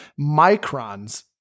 microns